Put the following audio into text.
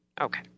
Okay